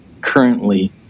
currently